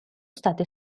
state